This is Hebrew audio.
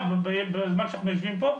בזמן שאנחנו יושבים פה.